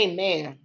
Amen